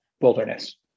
wilderness